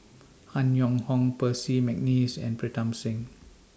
Han Yong Hong Percy Mcneice and Pritam Singh